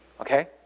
okay